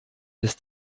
des